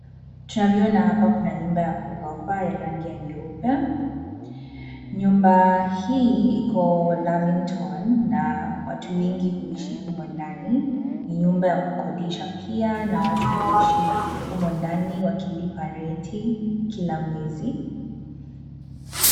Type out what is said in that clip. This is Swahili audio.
Tunavyoona hapa kuna nyumba ya ghorofa ya rangi ya nyeupe. Nyumba hii iko Lavington na watu wengi huishi humo ndani , ni nyumba ya kukodisha pia na watu huishi humo ndani wakilipa renti kila mwezi.